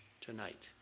tonight